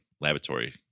laboratory